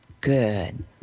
Good